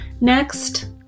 next